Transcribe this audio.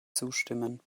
zustimmen